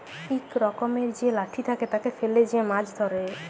ইক রকমের যে লাঠি থাকে, তাকে ফেলে যে মাছ ধ্যরে